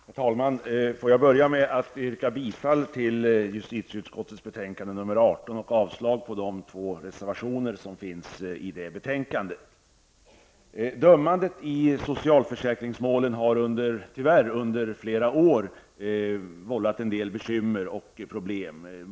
Herr talman! Låt mig börja med att yrka bifall till hemställan i justitieutskottets betänkande 18 och avslag på de två reservationerna. Dömandet i socialförsäkringsmål har tyvärr under flera år vållat en del bekymmer och problem.